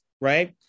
right